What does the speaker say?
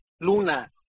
Luna